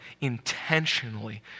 intentionally